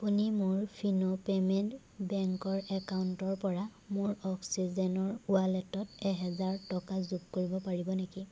আপুনি মোৰ Fino payment বেংকৰ একাউণ্টৰ পৰা মোৰ অক্সিজেনৰ ৱালেটত এহেজাৰ টকা যোগ কৰিব পাৰিব নেকি